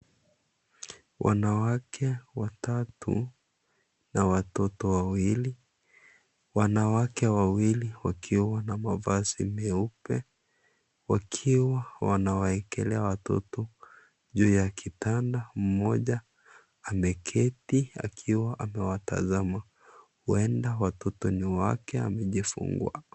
Wanawake watatu na watoto wawili, wanawake wawili wakiwa na mavazi meupe wakiwa wanawawekelea watoto juu ya kitanda moja ameketi akiwa amewatazama, huenda watoto ni wake amejifungua.